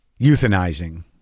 euthanizing